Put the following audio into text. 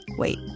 Wait